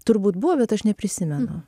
turbūt buvo bet aš neprisimenu